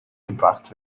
gebracht